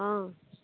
অঁ